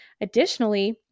Additionally